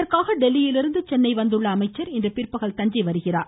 இதற்காக டெல்லியில் இருந்து சென்னை வந்துள்ள அமைச்சர் இன்று பிற்பகல் தஞ்சை வருகிறார்